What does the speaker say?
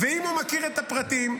ואם הוא מכיר את הפרטים,